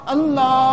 Allah